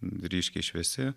ryškiai šviesi